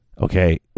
Okay